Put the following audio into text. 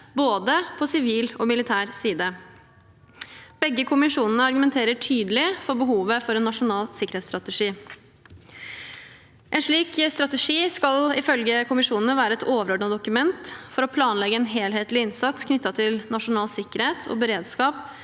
både sivil og militær side. Begge kommisjonene argumenterer tydelig for behovet for en nasjonal sikkerhetsstrategi. En slik strategi skal, ifølge kommisjonene, være et overordnet dokument for å planlegge en helhetlig innsats knyttet til nasjonal sikkerhet og beredskap